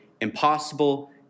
impossible